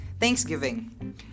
Thanksgiving